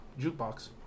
Jukebox